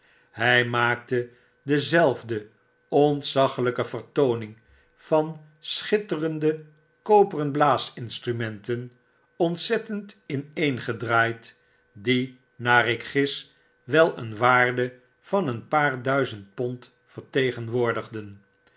hjj maakte dezelfde ontzaglpe vertooning van schitterende koperen blaasinstrumenten ontzettend ineengedraaid die naar ik gis wel een waarde van een paar duizend pond vertegenwoordigen